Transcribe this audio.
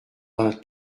vingt